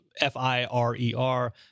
F-I-R-E-R